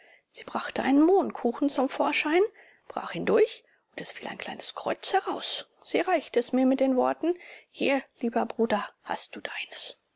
sie brachte einen mohnkuchen zum vorschein brach ihn durch und es fiel ein kleines kreuz heraus sie überreichte es mir mit den worten hier lieber bruder hast du deines